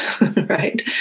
right